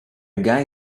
guy